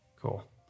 cool